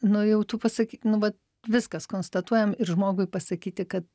nu jau tu pasakyk nu vat viskas konstatuojam ir žmogui pasakyti kad